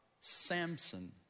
Samson